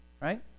right